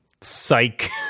psych